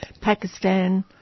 Pakistan